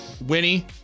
Winnie